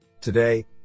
Today